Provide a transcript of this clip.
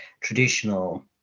traditional